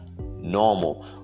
normal